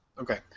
Okay